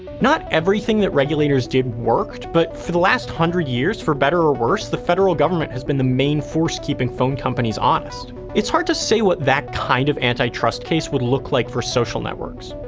not everything that regulators did worked, but for the last hundred years, for better or worse, the federal government has been the main force keeping phone companies honest. it's hard to say what that kind of antitrust case would look like for social networks.